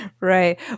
Right